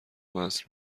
وصل